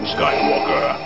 Skywalker